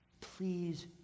Please